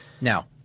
Now